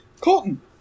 Colton